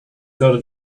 got